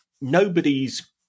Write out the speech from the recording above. nobody's